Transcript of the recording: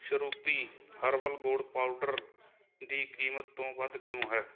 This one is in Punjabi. ਸ਼ਰੂਤੀ ਹਰਬਲ ਗੁੜ ਪਾਊਡਰ ਦੀ ਕੀਮਤ ਤੋਂ ਵੱਧ ਕਿਉਂ ਹੈ